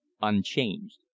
unchanged